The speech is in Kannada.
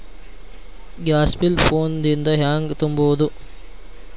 ಗ್ಯಾಸ್ ಬಿಲ್ ಫೋನ್ ದಿಂದ ಹ್ಯಾಂಗ ತುಂಬುವುದು?